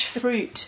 fruit